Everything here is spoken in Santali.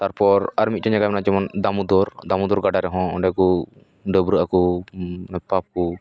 ᱛᱟᱨᱯᱚᱨ ᱟᱨ ᱢᱤᱫᱴᱮᱱ ᱡᱟᱭᱜᱟ ᱢᱮᱱᱟᱜᱼᱟ ᱡᱮᱢᱚᱱ ᱫᱟᱹᱢᱩᱫᱚᱨ ᱫᱟᱹᱢᱩᱫᱚᱨ ᱜᱟᱰᱟ ᱨᱮᱦᱚᱸ ᱚᱸᱰᱮ ᱠᱚ ᱰᱟᱹᱵᱨᱟᱹᱜ ᱟᱠᱚ ᱯᱟᱯ ᱠᱚ